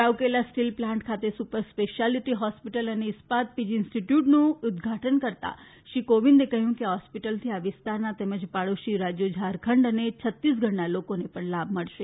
Rourkela steel plant ખાતે super speciality hospital અને Ispat PG ઈન્સ્ટીટ્યૂટનું ઉદઘાટન કરતા શ્રી કોવિંદે કહ્યું કે આ હોસ્પિટલથી આ વિસ્તારના તેમજ પાડોશી રાજ્યો ઝારખંડ અને છત્તીસગઢના લોકોને લાભ મળશે